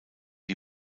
die